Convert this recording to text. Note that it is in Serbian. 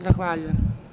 Zahvaljujem.